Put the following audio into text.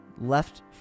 left